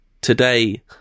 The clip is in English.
today